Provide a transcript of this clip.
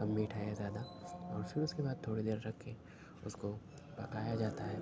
کم میٹھا یا زیادہ پھر اس کے بعد تھوڑی دیر رکھ کے اس کو پکایا جاتا ہے